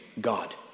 God